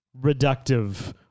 reductive